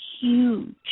huge